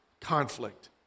conflict